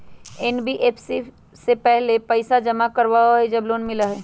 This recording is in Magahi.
एन.बी.एफ.सी पहले पईसा जमा करवहई जब लोन मिलहई?